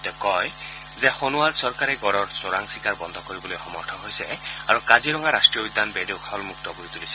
তেওঁ কয় যে সোণোবাল চৰকাৰে গড়ৰ চোৰাং চিকাৰ বন্ধ কৰিবলৈও সমৰ্থ হৈছে আৰু কাজিৰঙা ৰাট্টীয় উদ্যান বেদখলমুক্ত কৰি তুলিছে